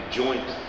joint